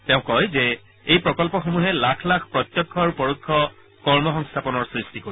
তেওঁ কয় যে এই প্ৰকন্নসমূহে লাখ লাখ প্ৰত্যক্ষ আৰু পৰোক্ষ কৰ্ম সংস্থাপনৰ সৃষ্টি কৰিব